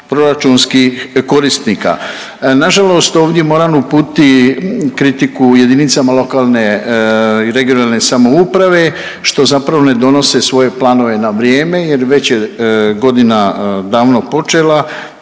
proračunskih korisnika. Na žalost ovdje moram uputiti kritiku jedinicama lokalne i regionalne samouprave što zapravo ne donose svoje planove na vrijeme, jer već je godina davno počela,